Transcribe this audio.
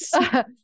yes